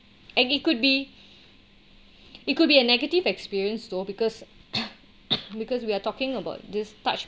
and it could be it could be a negative experience though because because we are talking about this touch